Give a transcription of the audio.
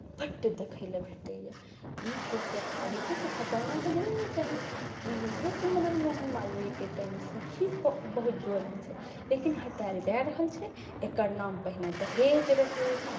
बड्ड देखय लेल भेटैए ई कुप्रथा जे छै से हटाना तऽ चाही ई जे छै से मदन मोहन मालवीयके टाइमसँ ही बहुत जोरमे छै लेकिन हटायल जा रहल छै एकर नाम पहिने दहेज़ रहै